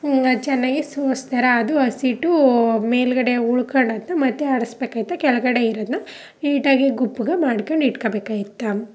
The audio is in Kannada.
ಅದು ಚೆನ್ನಾಗಿ ಸೋಸ್ತಾರೆ ಅದು ಹಸಿಟ್ಟು ಮೇಲುಗಡೆ ಉಳ್ಕೊಂಡಾಯ್ತು ಮತ್ತು ಆಡಿಸ್ಬೇಕೈತೆ ಕೆಳಗಡೆ ಇರೋದನ್ನ ನೀಟಾಗಿ ಗುಪ್ತ ಮಾಡ್ಕೊಂಡು ಇಟ್ಕೊಳ್ಬೇಕೈತ